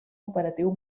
operatiu